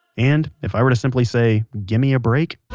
and if i were to simply say, gimme a break,